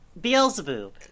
Beelzebub